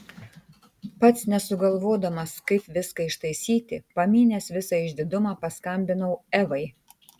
pats nesugalvodamas kaip viską ištaisyti pamynęs visą išdidumą paskambinau evai